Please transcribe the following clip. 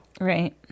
Right